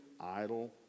idle